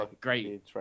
Great